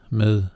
med